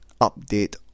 update